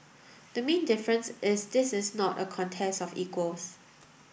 the main difference is this is not a contest of equals